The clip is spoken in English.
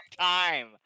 time